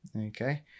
Okay